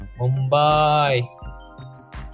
Mumbai